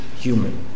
human